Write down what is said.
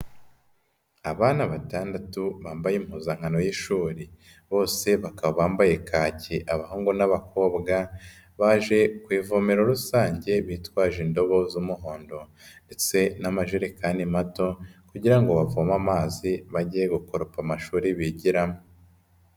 Abana batandatu bambaye impuzankano y'ishuri bose bakaba bambaye kaki abahungu n'abakobwa, baje ku ivomero rusange bitwaje indobo z'umuhondo ndetse n'amajerekani mato kugira ngo bavoma amazi bajye gukoropa amashuri bigiramo.